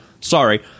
Sorry